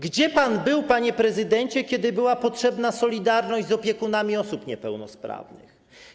Gdzie pan był, panie prezydencie, kiedy była potrzebna solidarność z opiekunami osób niepełnosprawnych?